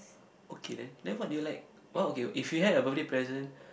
okay then then what do you like what okay if you had a birthday present